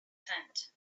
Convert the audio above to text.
tent